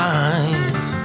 eyes